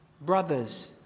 Brothers